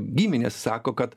giminės sako kad